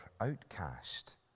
outcast